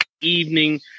evening